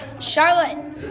Charlotte